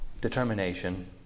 determination